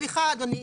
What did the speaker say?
סליחה אדוני.